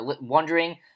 wondering